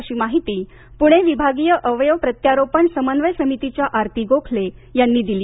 अशी माहिती पुणे विभागीय अवयव प्रत्यारोपण समन्वय समितीच्या आरती गोखले यांनी दिली